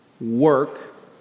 work